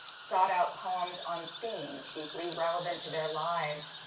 sought out poems on themes deeply relevant to their lives,